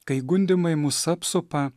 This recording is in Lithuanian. kai gundymai mus apsupa